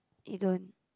it don't